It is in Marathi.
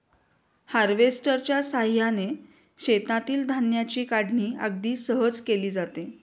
हार्वेस्टरच्या साहाय्याने शेतातील धान्याची काढणी अगदी सहज केली जाते